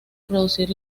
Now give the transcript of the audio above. producir